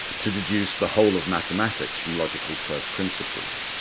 to deduce the whole of mathematics from logical first principles.